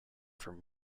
from